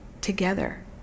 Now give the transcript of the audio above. together